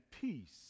peace